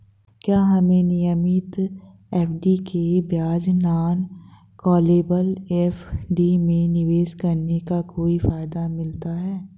क्या हमें नियमित एफ.डी के बजाय नॉन कॉलेबल एफ.डी में निवेश करने का कोई फायदा मिलता है?